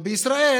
בישראל